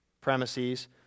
premises